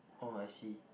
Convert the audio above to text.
oh I see